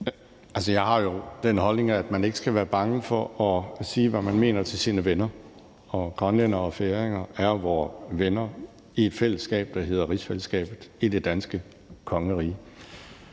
(DF): Jeg har jo den holdning, at man ikke skal være bange for at sige, hvad man mener, til sine venner, og grønlændere og færinger er vore venner i et fællesskab, der hedder rigsfællesskabet i det danske kongerige.